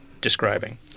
describing